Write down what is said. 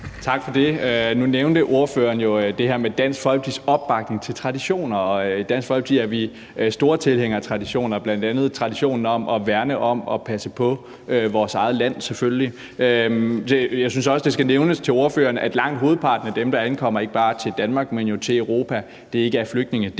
Tak for det. Nu nævnte ordføreren det her med Dansk Folkepartis opbakning til traditioner. I Dansk Folkeparti er vi store tilhængere af traditioner, bl.a. traditionen om selvfølgelig at værne om og passe på vores eget land. Jeg synes også, det skal nævnes over for ordføreren, at langt hovedparten af dem, der ankommer ikke bare til Danmark, men til Europa, ikke er flygtninge,